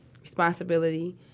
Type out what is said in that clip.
responsibility